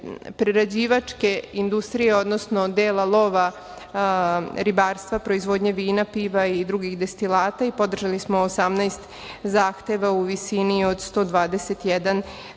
prerađivačke industrije, odnosno dela lova, ribarstva, proizvodnje vina, piva i drugih destilata i podržali smo 18 zahteva u visini od 121